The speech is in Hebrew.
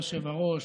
אדוני היושב-ראש,